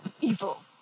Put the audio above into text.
evil